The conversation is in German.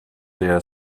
der